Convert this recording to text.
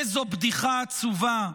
איזו בדיחה עצובה,